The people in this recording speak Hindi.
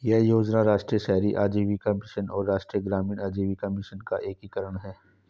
यह योजना राष्ट्रीय शहरी आजीविका मिशन और राष्ट्रीय ग्रामीण आजीविका मिशन का एकीकरण है